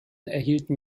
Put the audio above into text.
erhielten